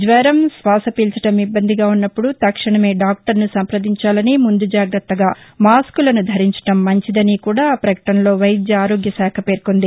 జ్వరం శ్వాస పీల్చడం ఇబ్బందిగా వున్నప్పుదు తక్షణమే డాక్లర్ను సంప్రదించాలని ముందు జాగ్రత్తగా మాస్క్లను ధరించడం మంచిదని కూడా ఆ ప్రకటనలో వైద్య ఆరోగ్యశాఖ పేర్కొంది